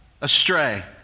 astray